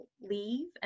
leave